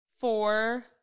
four